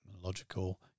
Logical